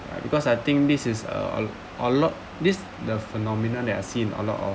because I think this is uh a a lot this the phenomenon that I've seen a lot of